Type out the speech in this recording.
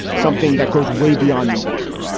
something that goes way beyond new york.